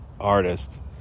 artist